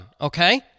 okay